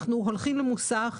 אנחנו הולכים למוסך,